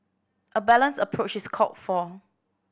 a balanced approach is called for